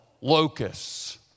locusts